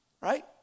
right